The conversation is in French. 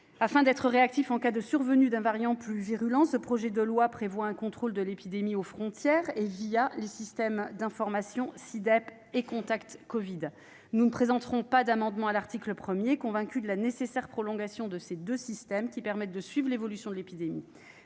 Afin d'être réactif en cas de survenue d'un variant plus virulent, le projet de loi prévoit un contrôle de l'épidémie aux frontières et les systèmes d'information SI-DEP et Contact Covid. Nous ne présenterons pas d'amendement sur l'article 1, convaincus de la nécessité de prolonger ces deux systèmes, qui permettent de suivre l'évolution de l'épidémie.